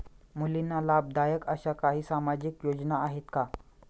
मुलींना लाभदायक अशा काही सामाजिक योजना आहेत का?